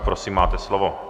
Prosím, máte slovo.